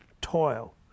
toil